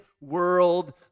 world